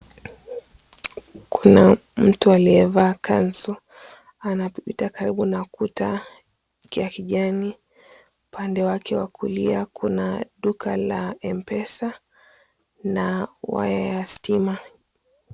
Kuna mtu aliyevaa kanzu anapita karibu na kuta ya kijani, upande wake wa kulia kuna duka la mpesa na waya ya stima.